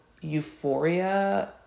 euphoria